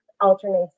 alternates